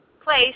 place